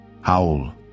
Howl